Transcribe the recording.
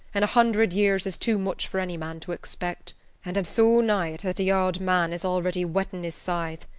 and a hundred years is too much for any man to expect and i'm so nigh it that the aud man is already whettin' his scythe.